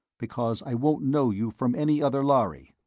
because i won't know you from any other lhari.